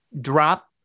drop